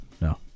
No